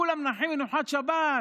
כולם נחים מנוחת שבת,